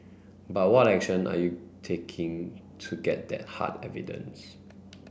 but what action are you taking to get that hard evidence